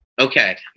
Okay